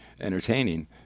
entertaining